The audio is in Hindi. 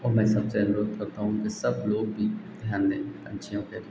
और मैं सबसे अनुरोध करता हूँ कि सब लोग भी ध्यान दें पक्षियों पर